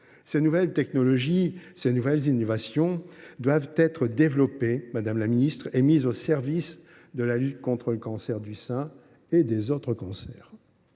Ces nouvelles technologies et ces innovations doivent être développées et mises au service de la lutte contre le cancer du sein… et des autres cancers.